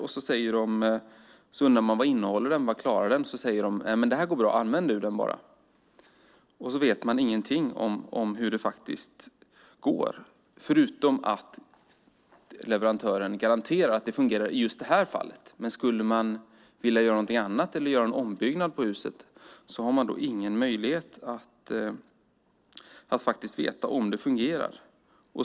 Man undrar: Vad innehåller den? Vad klarar den? Då säger de: Det här går bra. Använd den! Då vet man ingenting om hur det går, förutom att leverantören garanterar att det fungerar just i det här fallet. Men skulle man vilja göra något annat eller göra en ombyggnad på huset har man ingen möjlighet att veta om det fungerar.